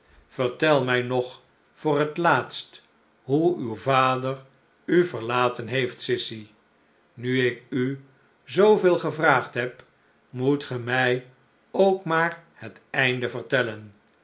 vertel mij nog voor het laatst hoe uw vader u verlaten heeft sissy nu ik u zooveel gevraagd heb moet ge mij ook maar het einde vertellen